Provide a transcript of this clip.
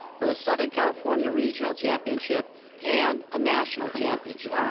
but a southern california regional championship and a national championship.